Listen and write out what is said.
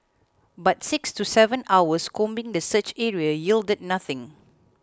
but six to seven hours combing the search area yielded nothing